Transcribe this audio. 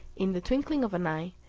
in the twinkling of an eye,